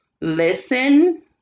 listen